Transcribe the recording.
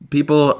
People